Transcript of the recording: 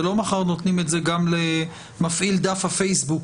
זה לא מחר נותנים את זה גם למפעיל דף הפייסבוק